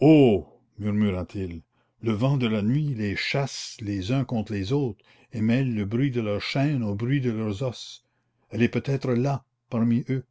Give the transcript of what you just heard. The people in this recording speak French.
oh murmura-t-il le vent de la nuit les chasse les uns contre les autres et mêle le bruit de leurs chaînes au bruit de leurs os elle est peut-être là parmi eux